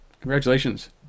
Congratulations